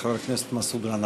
חבר הכנסת מסעוד גנאים.